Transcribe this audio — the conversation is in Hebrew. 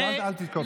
אז אל תתקוף אותו.